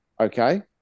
Okay